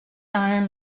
arm